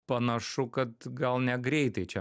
panašu kad gal negreitai čia